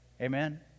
Amen